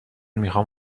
میخوام